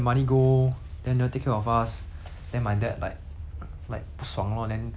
like 不爽 lor then !wah! 飞回去 malaysia 找我妈妈 leh